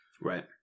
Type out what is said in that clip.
Right